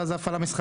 ואז הפעלה מסחרית?